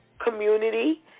community